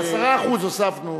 10% הוספנו.